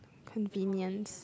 convenience